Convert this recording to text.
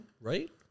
right